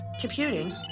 Computing